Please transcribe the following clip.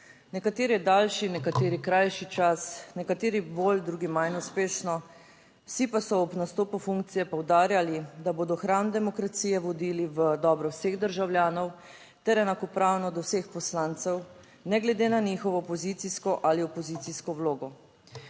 nekateri daljši, nekateri krajši čas, nekateri bolj, drugi manj uspešno, vsi pa so ob nastopu funkcije poudarjali, da bodo hram demokracije vodili v dobro vseh državljanov ter enakopravno do vseh poslancev, ne glede na njihovo pozicijsko ali opozicijsko vlogo.